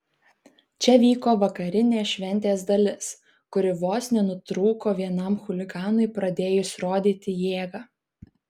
čia vyko vakarinė šventės dalis kuri vos nenutrūko vienam chuliganui pradėjus rodyti jėgą